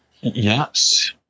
Yes